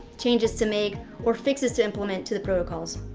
changes to make, or fixes to implement to the protocols.